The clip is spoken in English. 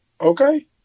Okay